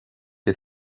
que